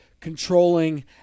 controlling